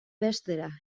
bestera